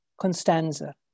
Constanza